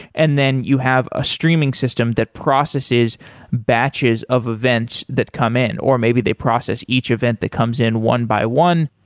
and then you have a streaming system that processes batches of events that come in, or maybe they process each event that comes in one by one.